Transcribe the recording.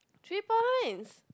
three points